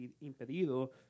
impedido